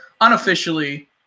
Unofficially